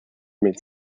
mid